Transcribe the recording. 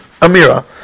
Amira